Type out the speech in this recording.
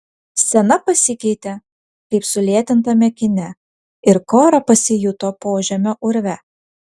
scena pasikeitė kaip sulėtintame kine ir kora pasijuto požemio urve